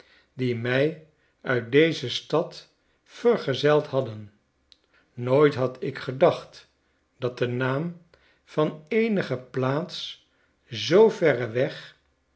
die my uit deze stad vergezeld hadden nooit had ik gedacht dat de naam van eenige plaats zoo verre weg